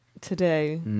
today